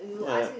ya